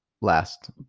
last